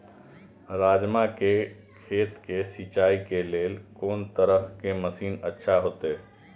राजमा के खेत के सिंचाई के लेल कोन तरह के मशीन अच्छा होते?